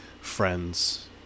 friends